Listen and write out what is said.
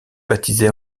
baptisée